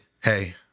hey